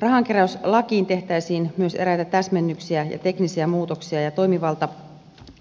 rahankeräyslakiin tehtäisiin myös eräitä täsmennyksiä ja teknisiä muutoksia ja toimivalta